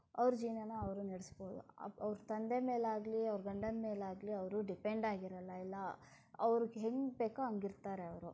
ಅವರ ಜೀವನಾನ ಅವರು ನಡ್ಸ್ಬೋದು ಅವರ ತಂದೆ ಮೇಲಾಗಲಿ ಅವರ ಗಂಡನ ಮೇಲಾಗಲಿ ಅವರು ಡಿಪೆಂಡ್ ಆಗಿರಲ್ಲ ಎಲ್ಲ ಅವ್ರಿಗೆ ಹೇಗೆ ಬೇಕೋ ಹಾಗಿರ್ತಾರೆ ಅವರು